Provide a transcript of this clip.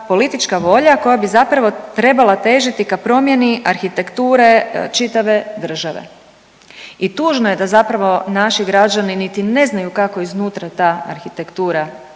politička volja koja bi zapravo trebala težiti k promjeni arhitekture čitave države. I tužno je da zapravo naši građani niti ne znaju kako iznutra ta arhitektura